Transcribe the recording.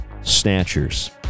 snatchers